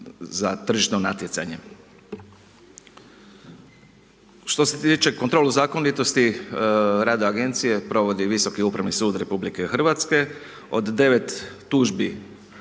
za tržišno natjecanje. Što se tiče, kontrolu zakonitosti rada agencije provodi Visoki upravni sud RH. Od 9 tužbi